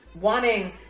wanting